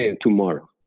tomorrow